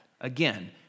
Again